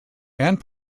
and